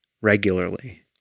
regularly